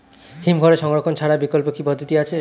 হিমঘরে সংরক্ষণ ছাড়া বিকল্প কি পদ্ধতি আছে?